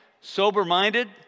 sober-minded